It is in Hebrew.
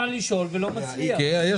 אני